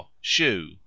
shoe